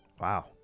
Wow